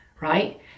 right